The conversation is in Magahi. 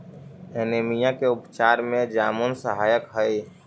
एनीमिया के उपचार में जामुन सहायक हई